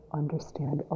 understand